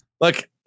Look